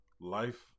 life